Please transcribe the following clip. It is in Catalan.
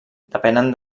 depenen